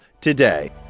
today